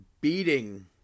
beating